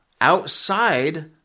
outside